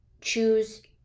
Choose